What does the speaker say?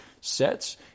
sets